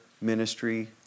ministry